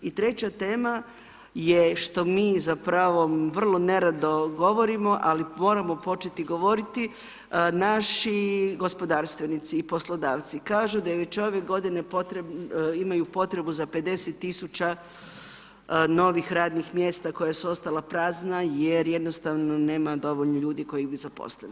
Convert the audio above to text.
I treća tema je što mi zapravo vrlo nerado govorimo ali moramo početi govoriti, naši gospodarstvenici i poslodavci kažu da je već ove godine potrebe, imaju potrebu za 50 tisuća novih radnih mjesta koja su ostala prazna jer jednostavno nema dovoljno ljudi koje bi zaposlili.